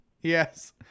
Yes